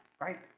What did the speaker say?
right